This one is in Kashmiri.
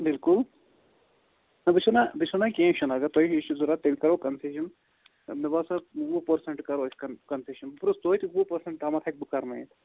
بلکُل نہَ بہٕ چھُس وَنان بہٕ چھُس وَنان کیٚنٛہہ چھُنہٕ اگر تُہۍ یہِ چھُ ضروٗرت تیٚلہِ کَرو کنسیٚشن مےٚ باسان وُہ پٔرسنٹہٕ کَرو أسۍ کن کنسیٚشن بہٕ پرٕٛژھٕ توتہِ وُہ پٔرسنٹہٕ تامتھ ہٮ۪کہٕ بہٕ کرنٲوِتھ